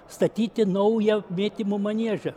statyti naują mėtymo maniežą